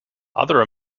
other